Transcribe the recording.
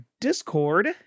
Discord